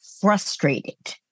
frustrated